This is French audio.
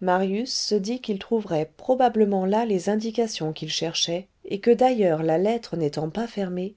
marius se dit qu'il trouverait probablement là les indications qu'il cherchait et que d'ailleurs la lettre n'étant pas fermée